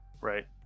right